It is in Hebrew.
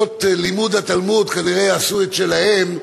שנות לימוד התלמוד כנראה עשו את שלהן,